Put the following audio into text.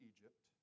Egypt